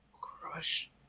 crush